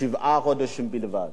שבעה חודשים בלבד.